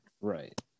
right